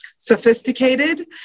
sophisticated